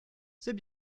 c’est